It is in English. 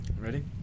Ready